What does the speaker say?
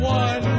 one